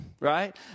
right